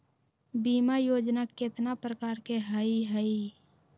बीमा योजना केतना प्रकार के हई हई?